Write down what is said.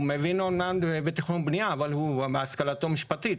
הוא מבין אמנם בתכנון בנייה, אבל השכלתו משפטית.